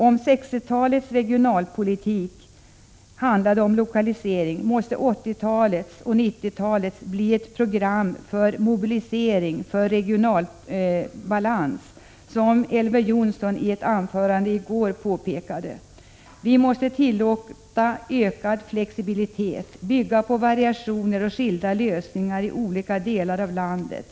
Om 60-talets regionalpolitik handlade om lokalisering måste 80 och 90-talets regionalpolitik bli ett program för mobilisering och regional balans, som Elver Jonsson i ett anförande i går påpekade. Vi måste tillåta ökad flexibilitet och bygga på variationer och skilda lösningar i olika delar av landet.